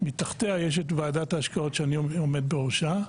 מתחתיה יש את ועדת ההשקעות שאני עומד בראשה.